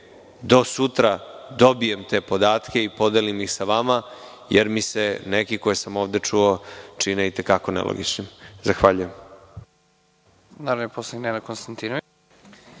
do sutra dobijem te podatke i podelim ih sa vama, jer mi se neki koje sam ovde čuo čine i te kako nelogičnim. Zahvaljujem.